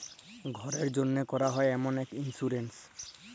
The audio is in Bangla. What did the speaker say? ঘ্যরের জ্যনহে ক্যরা হ্যয় এমল ইক ইলসুরেলস